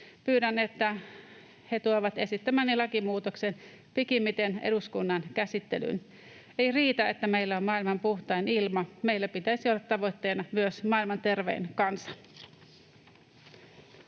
Pyydän, että he tuovat esittämäni lakimuutoksen pikimmiten eduskunnan käsittelyyn. Ei riitä, että meillä on maailman puhtain ilma, meillä pitäisi olla tavoitteena myös maailman tervein kansa.